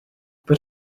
but